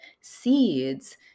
seeds